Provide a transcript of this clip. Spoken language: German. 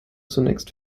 zunächst